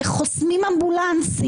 שהם חוסמים אמבולנסים,